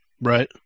Right